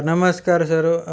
नमस्कार सर